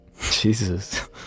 Jesus